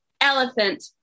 Elephant